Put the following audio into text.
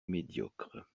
médiocre